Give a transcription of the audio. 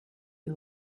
you